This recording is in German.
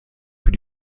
für